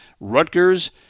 Rutgers